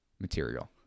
material